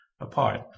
apart